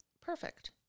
Perfect